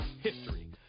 history